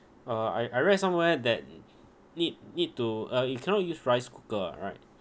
uh I I read somewhere that need need to uh you cannot use rice cooker ah right